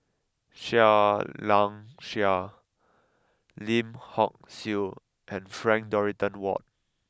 Seah Liang Seah Lim Hock Siew and Frank Dorrington Ward